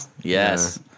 Yes